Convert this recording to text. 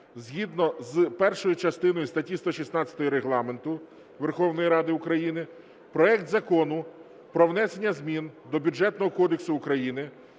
згідно з першою частиною статті 116 Регламенту Верховної Ради України проект Закону про внесення до Бюджетного кодексу України